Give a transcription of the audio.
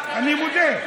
אני מודה,